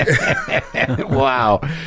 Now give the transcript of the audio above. Wow